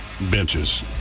benches